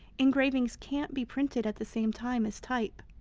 engravings can't be printed at the same time as type.